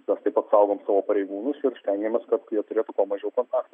mes taip pat saugom savo pareigūnus ir stengiamės kad jie turėtų kuo mažiau kontakto